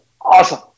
awesome